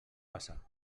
passar